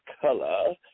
color